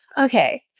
okay